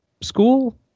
School